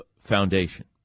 Foundation